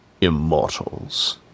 immortals